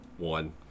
One